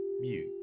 mute